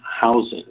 housing